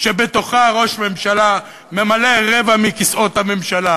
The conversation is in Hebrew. שבה ראש ממשלה ממלא רבע מכיסאות הממשלה,